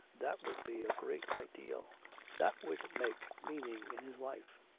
that would be a great ideal that would make meaning in his life.